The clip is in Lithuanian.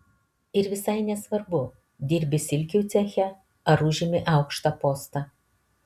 ir visai nesvarbu dirbi silkių ceche ar užimi aukštą postą